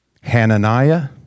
Hananiah